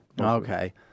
Okay